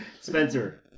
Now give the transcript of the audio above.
spencer